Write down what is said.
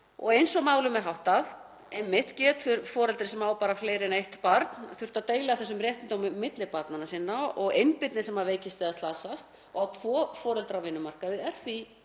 Eins og málum er nú háttað getur foreldri sem á fleiri en eitt barn þurft að deila réttindum milli barna sinna. Einbirni sem veikist eða slasast og á tvo foreldra á vinnumarkaði er því